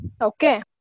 Okay